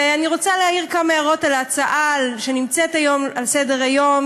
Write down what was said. ואני רוצה להעיר כמה הערות על ההצעה שנמצאת היום על סדר-היום,